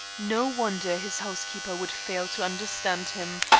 no wonder his housekeeper would fail to understand him.